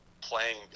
playing